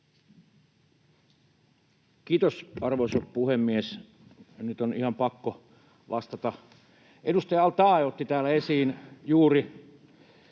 Kiitos, arvoisa puhemies! Nyt on ihan pakko vastata. Edustaja al-Taee otti täällä juuri